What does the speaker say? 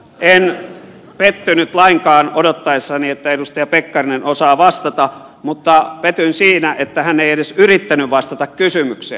en pettynyt lainkaan odottaessani että edustaja pekkarinen osaa vastata mutta petyin siinä että hän ei edes yrittänyt vastata kysymykseen